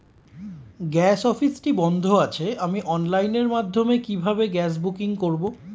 Gas অফিসটি বন্ধ আছে আমি অনলাইনের মাধ্যমে কিভাবে গ্যাস বুকিং করব?